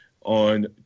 on